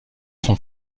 son